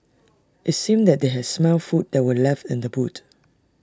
IT seemed that they had smelt the food that were left in the boot